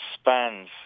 spans